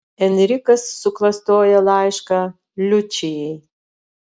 enrikas suklastoja laišką liučijai